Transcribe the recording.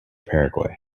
paraguay